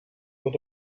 with